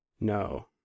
No